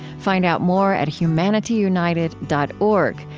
find out more at humanityunited dot org,